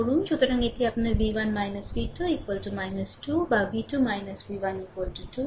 সুতরাং এটি আপনার v1 v2 2 বাv2 v1 2